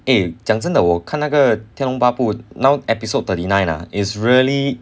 eh 讲真的我看那个天龙八部 now episode thirty nine ah is really